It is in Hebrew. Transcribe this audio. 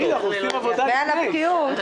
תחזית ההכנסות נעשה על-ידי הכלכלן הראשי,